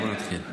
בוא נתחיל.